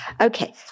Okay